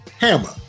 Hammer